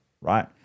right